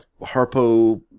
harpo